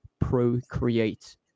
procreate